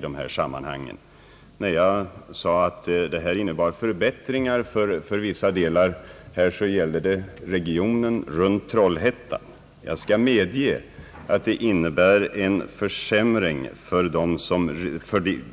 De förbättringar som jag nämnde gäller regionen runt Trollhättan, och jag skall medge att åtgärderna innebär en försämring för